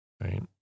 Right